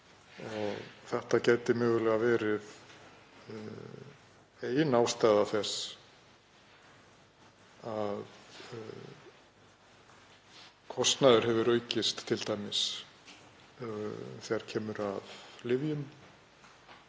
Þetta gæti mögulega verið ein ástæða þess að kostnaður hefur aukist, t.d. þegar kemur að geðlyfjum,